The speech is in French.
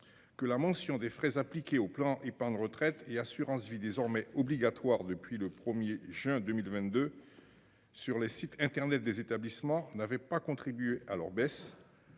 Que la mention des frais impliqués au plan épargne retraite et assurance vie désormais obligatoire depuis le 1er juin 2022. Sur les sites internet des établissements n'avait pas contribué à leur baisse.